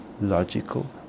logical